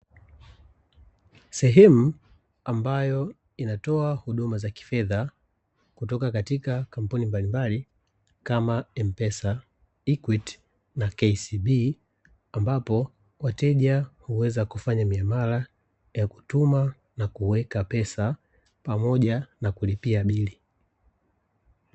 Sehemu ambayo inatoa huduma za kifedha, kutoka katika kampuni mbalimbali, kama "M-pesa" , "Equity" na "KCB", ambapo wateja huweza kufanya miamala ya kutuma na kuweka pesa pamoja na kulipia bili.